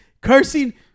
cursing